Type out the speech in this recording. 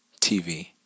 TV